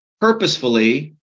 purposefully